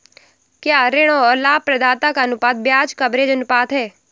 क्या ऋण और लाभप्रदाता का अनुपात ब्याज कवरेज अनुपात है?